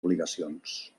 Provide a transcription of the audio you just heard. obligacions